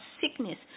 sickness